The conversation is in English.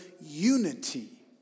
unity